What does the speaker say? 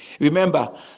Remember